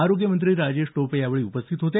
आरोग्य मंत्री राजेश टोपे यावेळी उपस्थित होते